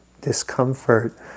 discomfort